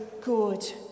good